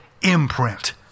imprint